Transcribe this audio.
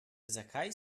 zakaj